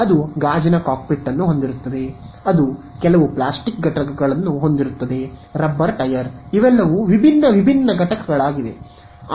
ಅದು ಗಾಜಿನ ಕಾಕ್ಪಿಟ್ ಅನ್ನು ಹೊಂದಿರುತ್ತದೆ ಅದು ಕೆಲವು ಪ್ಲಾಸ್ಟಿಕ್ ಘಟಕಗಳನ್ನು ಹೊಂದಿರುತ್ತದೆ ರಬ್ಬರ್ ಟೈರ್ ಇವೆಲ್ಲವೂ ವಿಭಿನ್ನ ವಿಭಿನ್ನ ಘಟಕಗಳಾಗಿವೆ